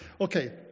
Okay